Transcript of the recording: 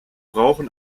brauchen